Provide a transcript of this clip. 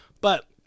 But-